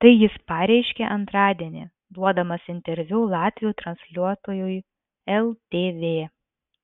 tai jis pareiškė antradienį duodamas interviu latvių transliuotojui ltv